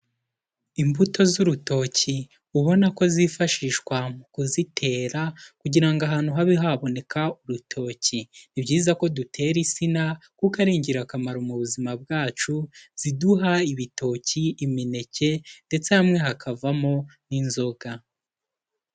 Imbuto z'urutoki ubona ko zifashishwa mu kuzitera kugira ngo ahantu habe haboneka urutoki, ni byiza ko dutera insina kuko ari ingirakamaro mu buzima bwacu ziduha ibitoki, imineke ndetse hamwe hakavamo n'inzoga.